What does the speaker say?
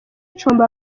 icumbi